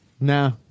No